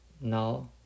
now